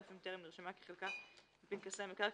אף אם טרם נרשמה כחלקה בפנקסי המקרקעין,